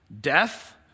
Death